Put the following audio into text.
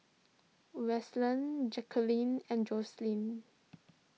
Wesley Jacquelyn and Joslyn